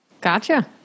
Gotcha